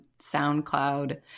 SoundCloud